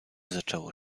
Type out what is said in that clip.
zaczęło